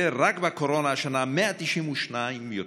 רק בקורונה השנה, 192 יותר.